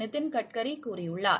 நிதின் கட்கரி கூறியுள்ளார்